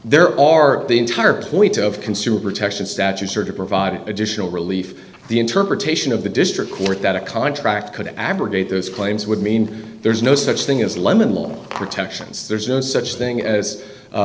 there are the entire point of consumer protection statutes or to provide additional relief the interpretation of the district court that a contract could abrogate those claims would mean there's no such thing as lemon will protections there's no such thing as